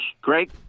Great